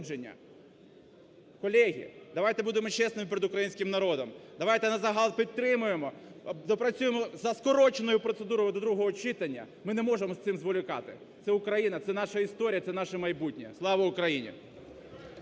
Колеги, давайте будемо чесними перед українським народом, давайте назагал підтримаємо, доопрацюємо за скороченою процедурою до другого читання. Ми не можемо з цим зволікати, це Україна, це наша історія, це наше майбутнє. Слава Україні!